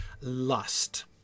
lust